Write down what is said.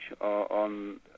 on